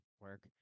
work